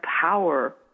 power